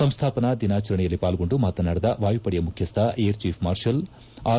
ಸಂಸ್ಥಾಪನಾ ದಿನಾಚರಣೆಯಲ್ಲಿ ಪಾಲ್ಗೊಂಡು ಮಾತನಾಡಿದ ವಾಯುಪಡೆಯ ಮುಖ್ಯಸ್ಥ ಏರ್ ಚೀಫ್ ಮಾರ್ಷಲ್ ಆರ್